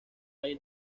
hay